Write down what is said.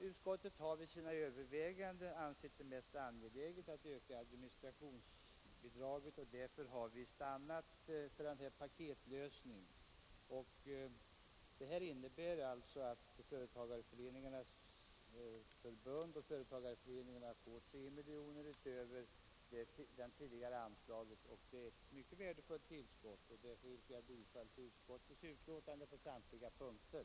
Utskottet har alltså vid sina överväganden ansett det mest angeläget att öka administrationsbidraget och därför stannat för en paketlösning. Det innebär att Företagareföreningarnas förbund och företagareföreningarna får 3 miljoner kronor utöver det tidigare anslaget, och det är ett mycket värdefullt tillskott. Jag yrkar bifall till utskottets hemställan på samtliga punkter.